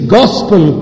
gospel